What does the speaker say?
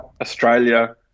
Australia